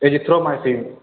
azithromycin